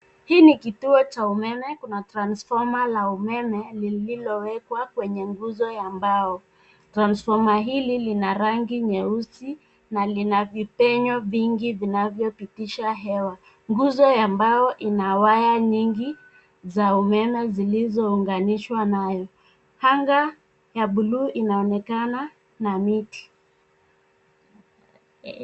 Hii ni kituo cha umeme. Kuna transformer la umeme lililowekwa kwenye nguzo ya mbao. Transformer hili lina rangi nyeusi, na lina vipenyo vingi vinavyopitisha hewa. Nguzo ya mbao ina waya nyingi, za umeme zilizounganishwa nayo. Tanga ya bluu inaonekana, na miti.